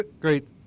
great